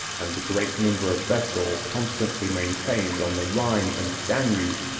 and a great number of vessels constantly maintained on the rhine and danube,